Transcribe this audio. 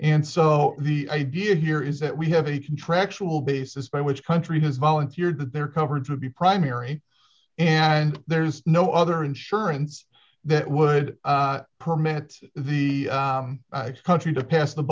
and so the idea here is that we have a contractual basis by which country has volunteered that their coverage would be primary and there's no other insurance that would permit the country to pass the